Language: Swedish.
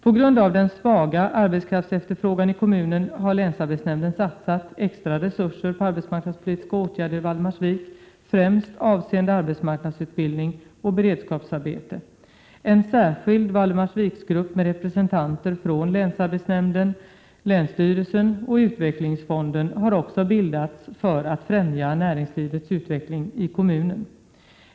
På grund av den svaga arbetskraftsefterfrågan i kommunen har länsarbetsnämnden satsat extra resurser på arbetsmarknadspolitiska åtgärder i Valdemarsvik, främst avseende arbetsmarknadsutbildning och beredskapsarbete. En särskild Valdemarsviksgrupp med representanter från länsarbetsnämnden, länsstyrelsen och utvecklingsfonden har också bildats för att befrämja näringslivets utveckling i kommunen.